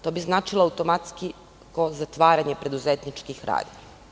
To bi značilo automatski zatvaranje preduzetničkih radnji.